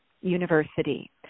University